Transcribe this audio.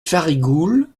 farigoules